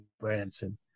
Branson